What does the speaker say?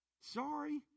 Sorry